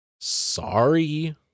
sorry